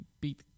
beat